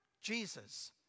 Jesus